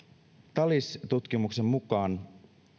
talis tutkimuksen mukaan